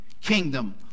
kingdom